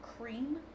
cream